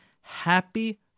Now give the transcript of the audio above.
happy